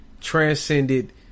transcended